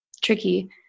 tricky